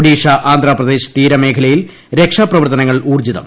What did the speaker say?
ഒഡീഷ ആന്ധാപ്രദേശ് തീരമേഖലയിൽ രക്ഷാപ്രവർത്തനങ്ങൾ ഉൌർജ്ജിതം